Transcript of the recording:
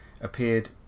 appeared